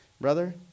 Brother